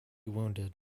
wounded